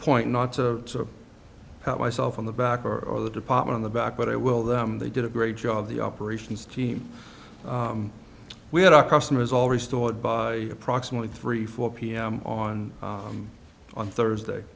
point not to pat myself on the back or the department in the back but i will them they did a great job the operations team we had our customers all restored by approximately three four pm on on thursday